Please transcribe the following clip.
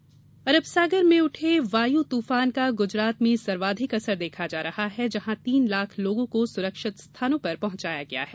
वायु तुफान रेल अरब सागर में उठे वायु तूफान का गुजरात में सर्वाधिक असर देखा जा रहा है जहां तीन लाख लोगों को सुरक्षित स्थानों पर पहंचाया गया है